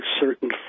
certain